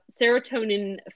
serotonin